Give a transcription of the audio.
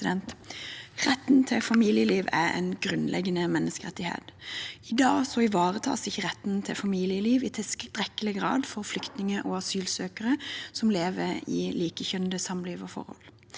Retten til familieliv er en grunnleggende menneskerettighet. I dag ivaretas ikke retten til familieliv i tilstrekkelig grad for flyktninger og asylsøkere som lever i likekjønnede samliv og forhold.